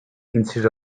instead